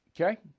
Okay